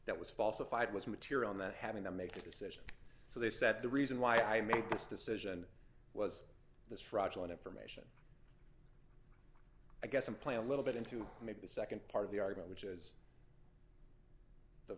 that was falsified was material not having to make a decision so they said the reason why i made this decision was this fraudulent information i guess implant a little bit into maybe the nd part of the argument which is the